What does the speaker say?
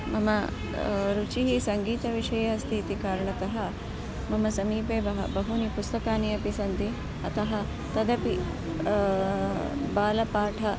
मम रुचिः सङ्गीतविषये अस्ति इति कारणतः मम समीपे बहूनि बहूनि पुस्तकानि अपि सन्ति अतः तदपि बालपाठं